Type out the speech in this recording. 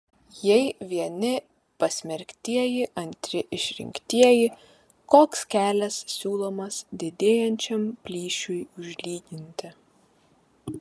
jei vieni pasmerktieji antri išrinktieji koks kelias siūlomas didėjančiam plyšiui užlyginti